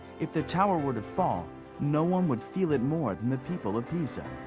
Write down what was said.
if the tower were to fall no one would feel it more than the people of pisa.